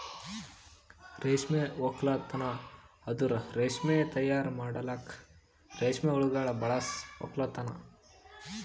ರೇಷ್ಮೆ ಒಕ್ಕಲ್ತನ್ ಅಂದುರ್ ರೇಷ್ಮೆ ತೈಯಾರ್ ಮಾಡಲುಕ್ ರೇಷ್ಮೆ ಹುಳಗೊಳ್ ಬಳಸ ಒಕ್ಕಲತನ